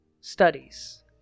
studies